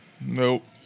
Nope